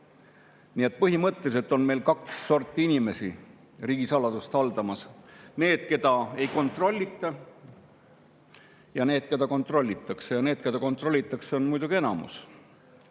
Nii et põhimõtteliselt on meil kahte sorti inimesi riigisaladust haldamas: need, keda ei kontrollita, ja need, keda kontrollitakse. Need, keda kontrollitakse, on muidugi enamuses.